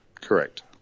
Correct